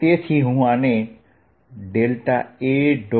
તેથી હું આને A